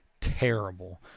terrible